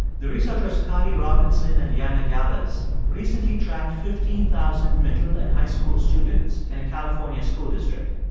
the researchers carly robinson and jana gallus recently tracked fifteen thousand middle and high school students in a california school district.